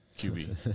QB